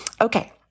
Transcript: Okay